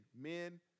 men